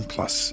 Plus